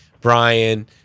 Brian